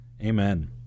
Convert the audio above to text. Amen